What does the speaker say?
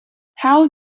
how